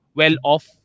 well-off